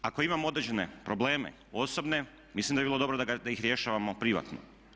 Ako imamo određene probleme osobne mislim da bi bilo dobro da ih rješavamo privatno.